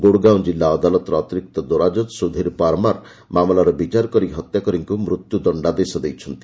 ଗୁଡଗାଓଁ ଜିଲ୍ଲା ଅଦାଲତର ଅତିରିକ୍ତ ଦୌରାଜଜ୍ ସୁଧୀର ପରମାର ମାମଲାର ବିଚାର କରି ହତ୍ୟାକାରୀଙ୍କୁ ମୃତ୍ୟୁଦଶ୍ଡାଦେଶ ଦେଇଛନ୍ତି